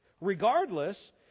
Regardless